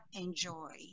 enjoy